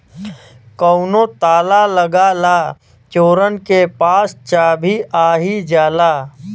कउनो ताला लगा ला चोरन के पास चाभी आ ही जाला